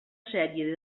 sèrie